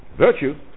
Virtue